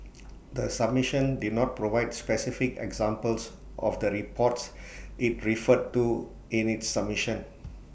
the submission did not provide specific examples of the reports IT referred to in its submission